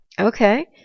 Okay